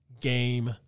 game